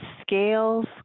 scales